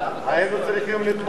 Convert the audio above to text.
עשינו שטות.